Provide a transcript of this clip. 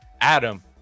adam